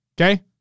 Okay